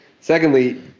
secondly